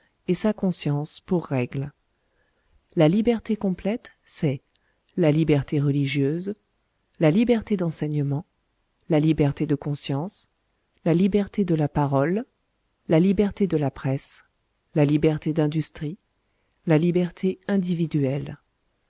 et sa conscience pour règle la liberté complète c'est la liberté religieuse la liberté d'enseignement la liberté de conscience la liberté de la parole la liberté de la presse la liberté d'industrie la liberté individuelle